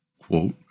quote